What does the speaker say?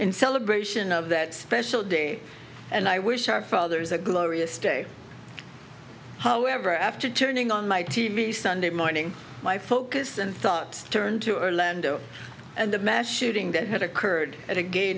in celebration of that special day and i wish our fathers a glorious day however after turning on my t v sunday morning my focus and thoughts turned to a land o and the mass shooting that had occurred at a ga